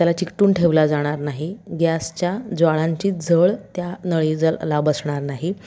त्याला चिकटून ठेवला जाणार नाही गॅसच्या ज्वाळांची झळ त्या नळीला बसणार नाही